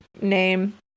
name